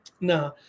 No